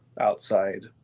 Outside